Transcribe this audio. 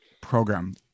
program